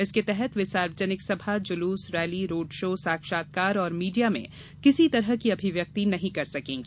इसके तहत वे सार्वजनिक सभा जुलूस रैली रोडशो साक्षात्कार और मीडिया में किसी तरह की अभिव्यक्ति नहीं कर सकेंगी